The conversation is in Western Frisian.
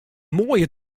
moaie